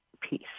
peace